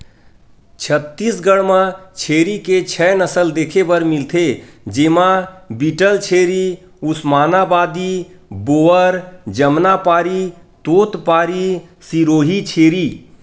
छत्तीसगढ़ म छेरी के छै नसल देखे बर मिलथे, जेमा बीटलछेरी, उस्मानाबादी, बोअर, जमनापारी, तोतपारी, सिरोही छेरी